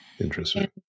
interesting